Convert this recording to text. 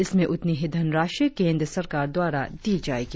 इसमें उतनी ही धनराशि केंद्र सरकार द्वारा दी जाएगी